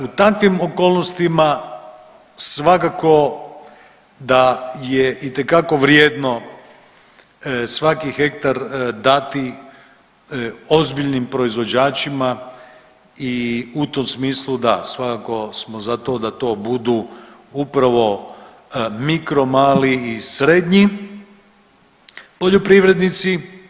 U takvim okolnostima svakako da je itekako vrijedno svaki hektar dati ozbiljnim proizvođačima i u tom smislu da svakako smo za to da to budu upravo mikro, mali i srednji poljoprivrednici.